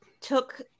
took